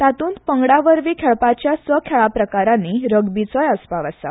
तातूंत पंगडा वरवीं खेळपाच्या स खेळा प्रकारांनी रगबीचोय आसपाव आसा